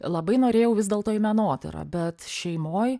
labai norėjau vis dėlto į menotyrą bet šeimoj